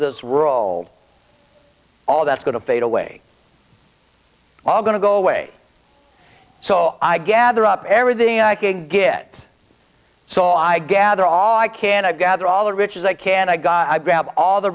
this role all that's going to fade away all going to go away so i gather up everything i can get so i gather all i can i gather all the riches i can i got i grab all the